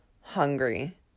hungry